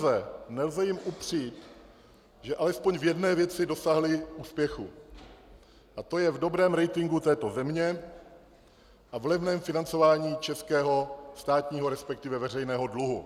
Ale nelze jim upřít, že alespoň v jedné věci dosáhli úspěchu, a to je v dobrém ratingu této země a v levném financování českého státního, resp. veřejného dluhu.